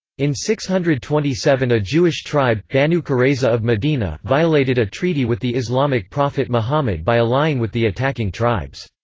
in six hundred and twenty seven a jewish tribe, banu qurayza of medina, violated a treaty with the islamic prophet muhammad by allying with the attacking tribes.